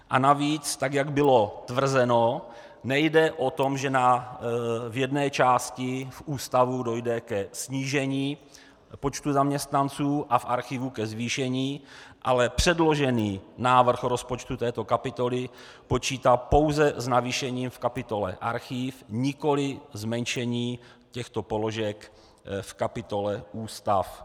A navíc, tak jak bylo tvrzeno, nejde o to, že v jedné části, v ústavu, dojde ke snížení počtu zaměstnanců a v archivu ke zvýšení, ale předložený návrh rozpočtu této kapitoly počítá pouze s navýšením v kapitole archiv, nikoli zmenšení těchto položek v kapitole ústav.